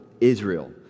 Israel